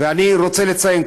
ואני רוצה לציין,